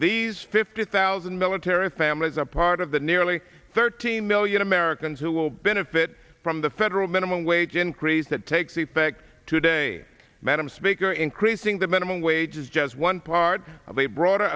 these fifty thousand military families a part of the nearly thirteen million americans who will benefit from the federal minimum wage increase that takes effect today madam speaker increasing the minimum wage is just one part of a broader